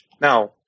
Now